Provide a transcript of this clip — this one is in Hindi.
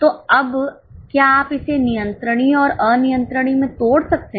तो अब क्या आप इसे नियंत्रणीय और अनियंत्रणीय में तोड़ सकते हैं